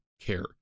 care